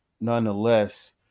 nonetheless